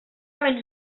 venç